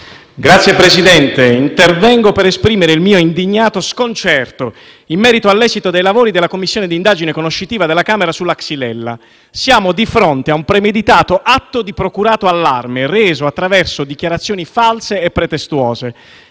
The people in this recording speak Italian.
Signor Presidente, intervengo per esprimere il mio indignato sconcerto in merito all'esito dei lavori della Commissione di indagine conoscitiva della Camera sulla xylella. Siamo di fronte ad un premeditato atto di procurato allarme reso attraverso dichiarazioni false e pretestuose.